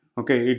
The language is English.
okay